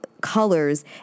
colors